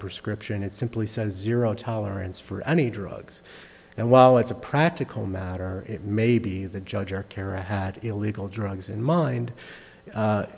prescription it simply says zero tolerance for any drugs and while it's a practical matter it may be the judge or kara had illegal drugs in mind